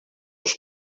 els